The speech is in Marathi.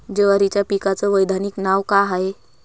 जवारीच्या पिकाचं वैधानिक नाव का हाये?